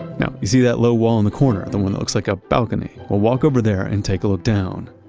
now, you see that little wall in the corner, the one that looks like a balcony, well walk over there and take a look down.